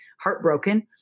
heartbroken